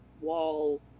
wall